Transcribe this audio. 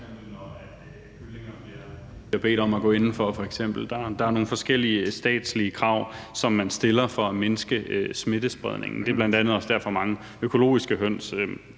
Der er nogle forskellige statslige krav, som man stiller for at mindske smittespredningen. Det er bl.a. også derfor, at mange økologiske høns